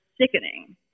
sickening